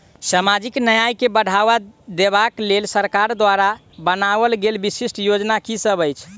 सामाजिक न्याय केँ बढ़ाबा देबा केँ लेल सरकार द्वारा बनावल गेल विशिष्ट योजना की सब अछि?